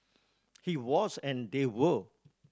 he was and they were